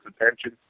attention